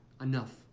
enough